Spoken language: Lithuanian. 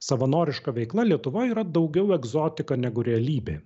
savanoriška veikla lietuvoj yra daugiau egzotika negu realybė